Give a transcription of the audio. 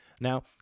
Now